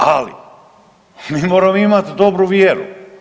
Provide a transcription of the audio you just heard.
Ali, mi moramo imati dobru vjeru.